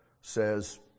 says